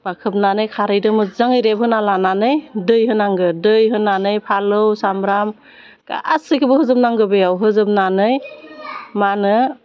बा खोबनानै खारैदो मोजाङै रेबहोना लानानै दै होनांगोन दै होनानै फालौ सामब्राम गासैखौबो होजोबनांगौ बेयाव होजोबनानै मा होनो